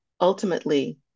ultimately